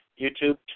YouTube